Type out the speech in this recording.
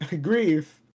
Grief